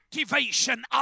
activation